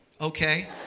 Okay